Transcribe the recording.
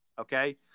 okay